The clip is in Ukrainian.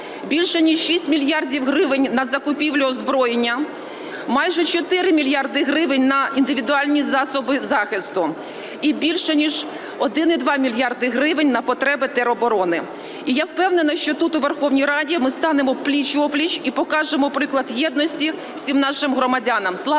більш ніж 6 мільярдів гривень на закупівлю озброєння, майже 4 мільярди гривень на індивідуальні засоби захисту і більше 1,2 мільярда гривень на потреби тероборони. І я впевнена, що тут, у Верховній Раді, ми станемо пліч-о-пліч і покажемо приклад єдності всім нашим громадянам.